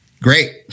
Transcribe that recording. Great